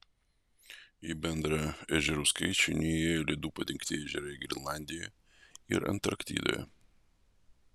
į bendrą ežerų skaičių neįėjo ledu padengti ežerai grenlandijoje ir antarktidoje